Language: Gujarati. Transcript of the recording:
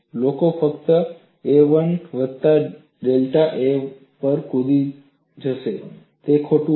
લોકો ફક્ત a1 વત્તા ડેલ્ટા a1 પર કૂદી જશે તે ખોટું છે